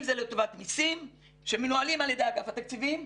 אם זה לטובת מיסים שמנוהלים על ידי אגף התקציבים,